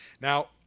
Now